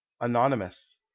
Anonymous